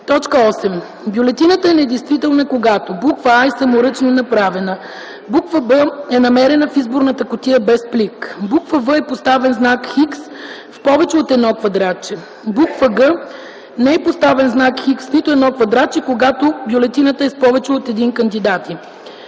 8. Бюлетината е недействителна, когато: а) е саморъчно направена; б) е намерена в изборната кутия без плик; в) е поставен знак „Х” в повече от едно квадратче; г) не е поставен знак „Х” в нито едно квадратче, когато бюлетината е с повече от един кандидати.